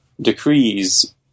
decrees